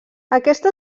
aquesta